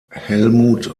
helmut